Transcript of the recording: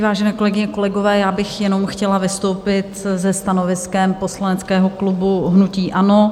Vážené kolegyně, kolegové, já bych jenom chtěla vystoupit se stanoviskem poslaneckého klubu hnutí ANO.